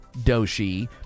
Doshi